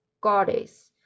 goddess